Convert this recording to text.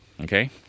Okay